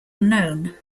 unknown